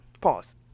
Pause